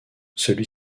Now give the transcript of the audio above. celui